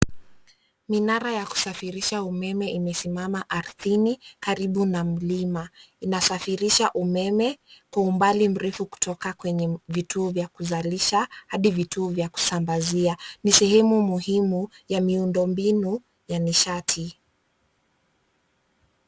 Minara ya kusafirisha umeme imesimama ardhini, karibu na mlima. Inasafirisha umeme, kwa umbali mrefu kutoka kwenye vituo vya kuzalisha, hadi vituo vya kusambazia. Ni sehemu muhimu, ya miundombinu, ya nishati.